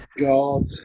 God